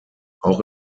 auch